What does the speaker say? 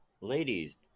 Ladies